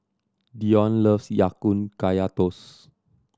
Dion loves Ya Kun Kaya Toast